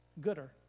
gooder